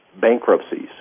bankruptcies